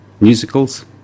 musicals